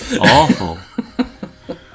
Awful